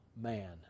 man